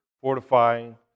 fortifying